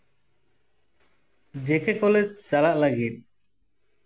ᱡᱮ ᱠᱮ ᱠᱚᱞᱮᱡᱽ ᱪᱟᱞᱟᱜ ᱞᱟᱹᱜᱤᱫ